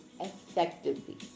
effectively